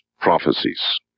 prophecies